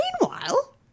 meanwhile